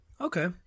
Okay